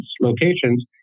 locations